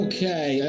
Okay